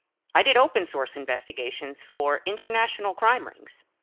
i did open source investigations for international crime rings.